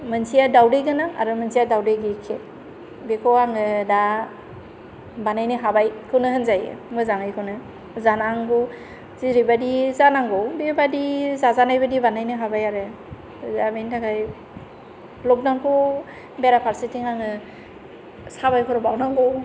मोनसेया दावदै गोनां आरो मोनसेया दावदै गैयै केक बेखौ आङो दा बानायनो हाबाय खौनो होनजायो मोजाङैखौनो जानांगौ जेरैबादि जानांगौ बेबायदि जाजानाय बानायनो हाबाय आरो दा बेनि थाखाय लकडाउनखौ बेराफारसेथिं आङो साबायखर बावनांगौ